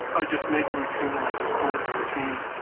i just make a routine and i just go with the routine.